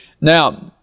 Now